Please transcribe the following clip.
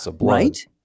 right